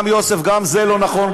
יוסף, גם זה לא נכון.